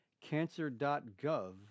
cancer.gov